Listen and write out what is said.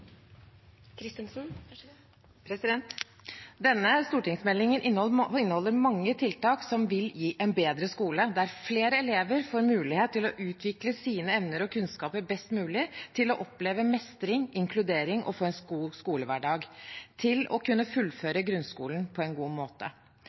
Denne stortingsmeldingen inneholder mange tiltak som vil gi en bedre skole, der flere elever får mulighet til å utvikle sine evner og kunnskaper best mulig å oppleve mestring, inkludering og få en god skolehverdag, og å kunne